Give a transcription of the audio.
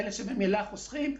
אלה שממילא חוסכים,